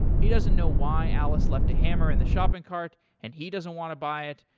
he doesn't know why alice left a hammer in the shopping cart and he doesn't want to buy it,